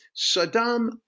Saddam